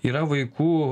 yra vaikų